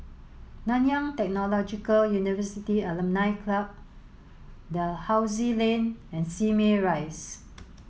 Nanyang Technological University Alumni Club Dalhousie Lane and Simei Rise